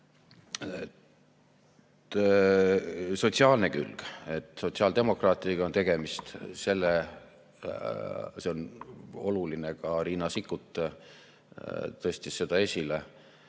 Sotsiaalne külg. Et sotsiaaldemokraatidega on tegemist, see on oluline. Ka Riina Sikkut tõstis seda esile